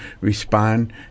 respond